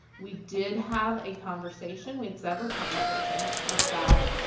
we did have a conversation, we had several conversations, about